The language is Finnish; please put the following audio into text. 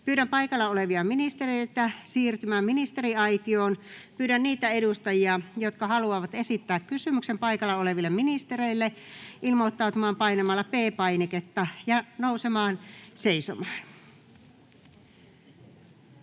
Pyydän paikalla olevia ministereitä siirtymään ministeriaitioon. Pyydän niitä edustajia, jotka haluavat esittää kysymyksen paikalla oleville ministereille, ilmoittautumaan painamalla P-painiketta ja nousemalla seisomaan.